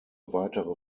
weitere